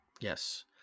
Yes